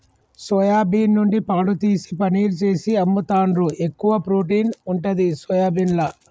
soya bean నుండి పాలు తీసి పనీర్ చేసి అమ్ముతాండ్రు, ఎక్కువ ప్రోటీన్ ఉంటది సోయాబీన్ల